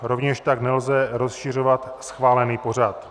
Rovněž tak nelze rozšiřovat schválený pořad.